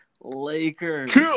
Lakers